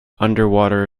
underwater